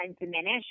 diminish